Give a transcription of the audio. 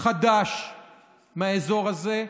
חדש מהאזור הזה.